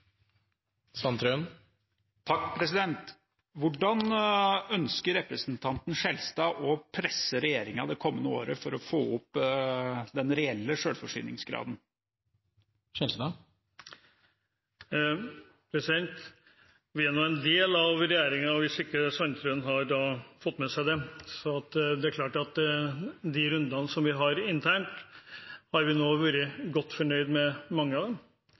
å få opp den reelle selvforsyningsgraden? Vi er nå en del av regjeringen, hvis ikke Sandtrøen har fått med seg det. Så det er klart at mange av de rundene vi har internt, har vi vært godt fornøyd med.